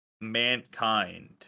mankind